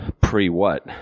Pre-what